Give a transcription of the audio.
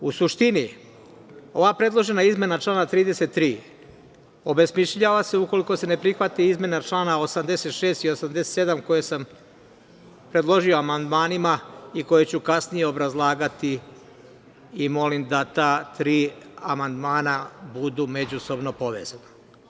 U suštini ova predložena izmena člana 33. obesmišljava se, ukoliko se ne prihvati izmena člana 86. i 87. koje sam predložio amandmanima i koje ću kasnije obrazlagati i molim da ta tri amandmana budu međusobno povezana.